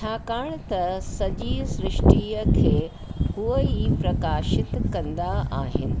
छाकाणि त सॼी सृष्टिअ खे उहे ई प्रकाषित कंदा आहिनि